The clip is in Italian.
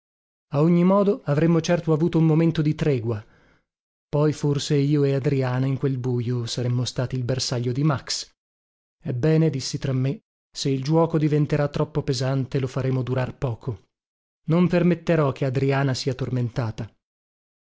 a ogni modo avremmo certo avuto un momento di tregua poi forse io e adriana in quel bujo saremmo stati il bersaglio di max ebbene dissi tra me se il giuoco diventerà troppo pesante lo faremo durar poco non permetterò che adriana sia tormentata